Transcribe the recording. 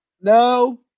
no